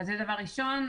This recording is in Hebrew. זה דבר ראשון.